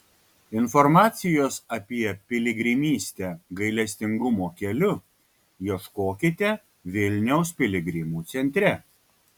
informacijos apie piligrimystę gailestingumo keliu ieškokite vilniaus piligrimų centre